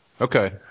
Okay